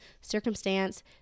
circumstance